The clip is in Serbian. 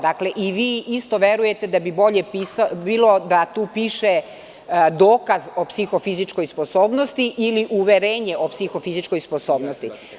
Dakle, i vi isto verujete da bi bolje bilo da tu piše – dokaz o psihofizičkoj sposobnosti ili uverenje o psihofizičkoj sposobnosti.